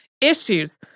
issues